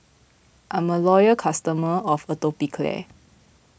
I'm a loyal customer of Atopiclair